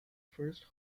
first